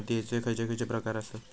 मातीयेचे खैचे खैचे प्रकार आसत?